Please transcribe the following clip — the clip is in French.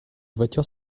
voiture